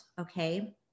Okay